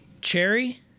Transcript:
Cherry